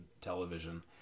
television